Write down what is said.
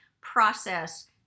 process